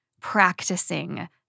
practicing